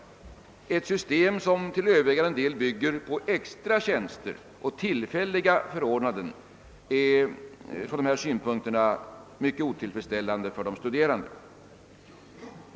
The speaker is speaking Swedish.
Från den synpunkten är ett system som till övervägande del bygger på extra tjänster och tillfälliga förordnanden mycket otillfredsställande för de studerande.